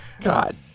god